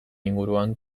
inguruan